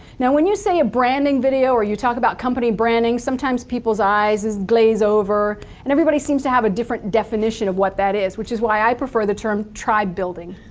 now, when you say a branding video, or you talk about company branding, sometimes people's eyes glaze over and everybody seems to have a different definition of what that is, which is why i prefer the term tribe building.